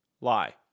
Lie